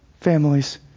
families